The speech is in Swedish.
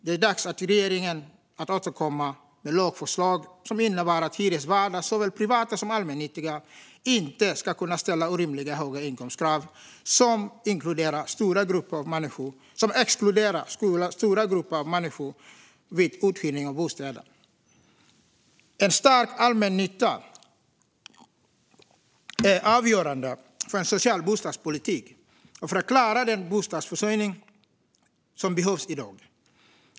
Det är dags för regeringen att återkomma med lagförslag som innebär att hyresvärdar, såväl privata som allmännyttiga, inte ska kunna ställa orimligt höga inkomstkrav som exkluderar stora grupper av människor vid uthyrning av bostäder. En stark allmännytta är avgörande för en social bostadspolitik och för att klara den bostadsförsörjning som behövs i dag.